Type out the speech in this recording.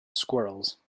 squirrels